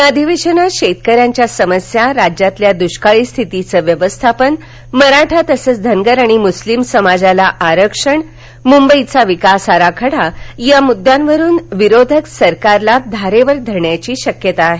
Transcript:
या अधिवेशनात शेतक यांच्या समस्या राज्यातील दुष्काळी स्थितीचं व्यवस्थापन मराठा तसंच धनगर आणि मुस्लिम समाजाला आरक्षण मुंबईचा विकास आराखडा या मुद्यांवरून विरोधक सरकारला धारेवर धरण्याची शक्यता आहे